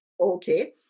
Okay